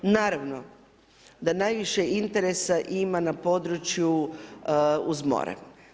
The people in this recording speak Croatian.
Naravno da najviše interesa ima na području uz more.